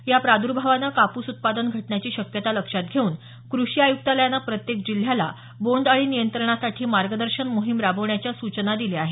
या प्राद्र्भावानं कापूस उत्पादन घटण्याची शक्यता लक्षात घेऊन कृषी आयुक्तालयानं प्रत्येक जिल्ह्याला बोंड अळी नियंत्रणासाठी मार्गदर्शन मोहीम राबवण्याच्या सूचना दिल्या आहेत